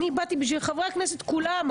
באתי בשביל חברי הכנסת כולם,